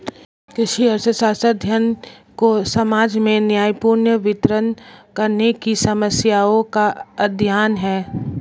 कृषि अर्थशास्त्र, धन को समाज में न्यायपूर्ण वितरण करने की समस्याओं का अध्ययन है